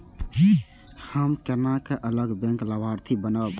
हम केना अलग बैंक लाभार्थी बनब?